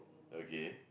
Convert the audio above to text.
okay